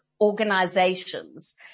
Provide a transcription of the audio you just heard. organizations